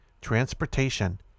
transportation